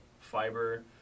fiber